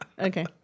Okay